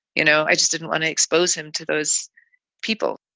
you know, i just didn't want to expose him to those people.